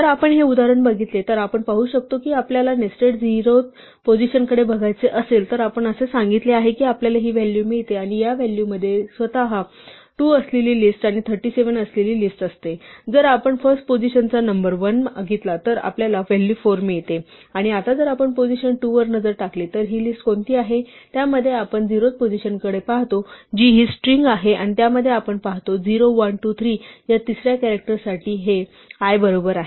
जर आपण हे उदाहरण बघितले तर आपण पाहू शकतो की जर आपल्याला नेस्टेडमध्ये 0 व्या पोझिशनकडे बघायचे असेल तर जसे आपण सांगितले की आपल्याला हि व्हॅल्यू मिळते आणि या व्हॅल्यू मध्ये स्वतः 2 असलेली लिस्ट आणि 37 असलेली लिस्ट असते जर आपण फर्स्ट पोझिशनचा नंबर 1 मागितला तर आपल्याला व्हॅल्यू 4 मिळते आणि आता जर आपण पोझिशन 2 वर नजर टाकली तर ही लिस्ट कोणती आहे त्यामध्ये आपण 0 व्या पोझिशनकडे पाहतो जी ही स्ट्रिंग आहे आणि त्यामध्ये आपण पाहतो 0 1 2 3 या तिसऱ्या कॅरॅक्टर साठी हे l बरोबर आहे